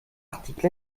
articles